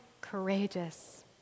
courageous